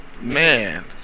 man